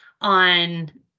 on